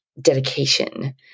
dedication